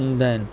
ईंदा आहिनि